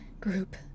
group